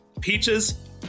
Peaches